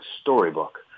storybook